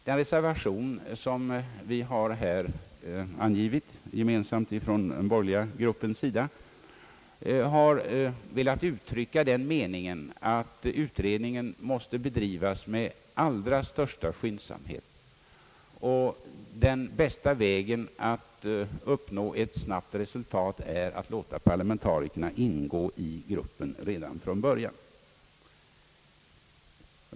Den reservation som den borgerliga gruppen gemensamt har ställt sig bakom har velat uttrycka den meningen att utredningen måste bedrivas med allra största skyndsamhet. Den bästa vägen att uppnå ett snabbt resultat är att låta parla Ang. den högre utbildningen mentarikerna ingå i gruppen redan från början.